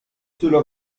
cela